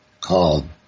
called